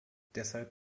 deshalb